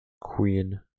queen